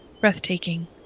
breathtaking